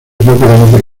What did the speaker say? rápidamente